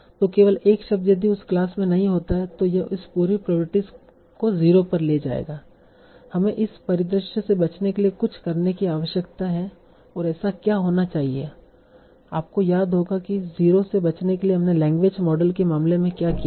तो केवल एक शब्द यदि यह उस क्लास में नहीं होता है तो यह इस पूरी प्रोबेबिलिटी को 0 पर ले जाएगा हमें इस परिदृश्य से बचने के लिए कुछ करने की आवश्यकता है और ऐसा क्या होना चाहिए आपको याद होगा कि 0 से बचने के लिए हमने लैंग्वेज मॉडल के मामले में क्या किया था